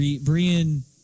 Brian